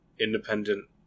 independent